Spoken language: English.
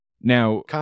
Now